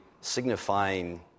signifying